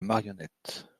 marionnettes